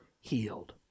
healed